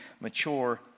mature